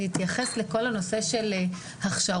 אני אתייחס לכל הנושא של הכשרות.